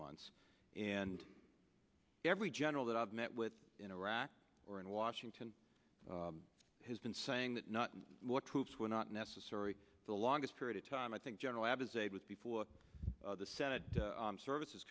months and every general that i've met with in iraq or in washington has been saying that not more troops were not necessary the longest period of time i think general abizaid was before the senate armed services